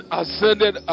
ascended